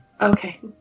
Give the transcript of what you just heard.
Okay